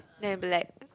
then black